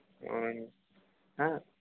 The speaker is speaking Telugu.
అవునండి